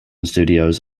studios